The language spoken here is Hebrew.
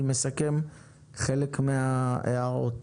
אני מסכם חלק מההערות.